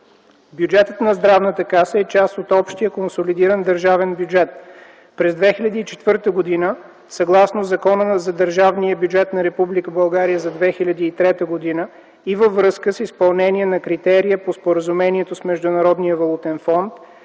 Бюджетът на Здравната каса е част от общия консолидиран държавен бюджет. През 2004 г. съгласно Закона за държавния бюджет на Република България за 2003 г. и във връзка с изпълнение на критерия по Споразумението с Международния валутен фонд